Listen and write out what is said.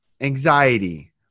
anxiety